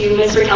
mr. yeah